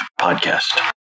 Podcast